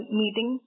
meeting